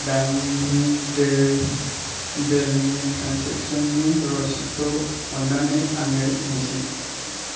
दाननि दै बेलनि ट्रेन्जेकसननि रसिदखौ अन्नानै आंनो दिन्थि